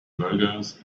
burgers